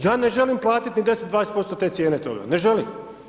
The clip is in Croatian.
Ja ne želim platiti ni 10, 20% te cijene toga ne želim.